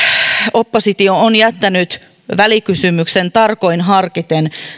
oppositio on jättänyt välikysymyksen tarkoin harkiten